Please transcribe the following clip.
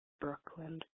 Brooklyn